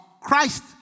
Christ